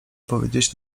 powiedzieć